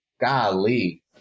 golly